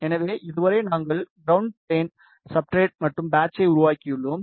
எனவே இதுவரை நாங்கள் கரவுணட் ஃப்ளேன் சப்ஸ்ட்ரட் மற்றும் பேட்சை உருவாக்கியுள்ளோம்